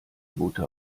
butter